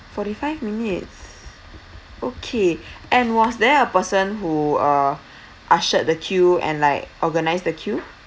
forty-five minutes okay and was there a person who uh ushered the queue and like organised the queue